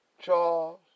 Charles